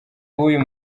w’uyu